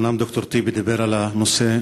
אומנם ד"ר טיבי דיבר על הנושא,